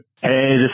Hey